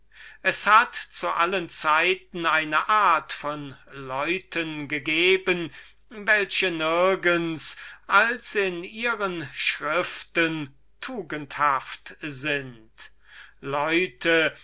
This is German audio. es hat zu allen zeiten eine art von leuten gegeben welche nirgends als in ihren schriften tugendhaft sind leute